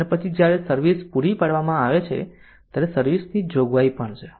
અને પછી જ્યારે સર્વિસ પૂરી પાડવામાં આવે છે ત્યારે સર્વિસ ની જોગવાઈ પણ છે